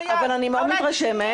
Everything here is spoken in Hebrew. אני מאוד מתרשמת,